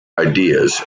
ideas